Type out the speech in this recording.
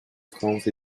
france